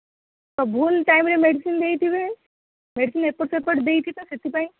ଭୁଲ ଟାଇମ୍ରେ ମେଡିସିନ୍ ଦେଇଥିବେ ମେଡିସିନ୍ ଏପଟ ସେପଟ ଦେଇଥିବେ ସେଥିପାଇଁ